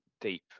deep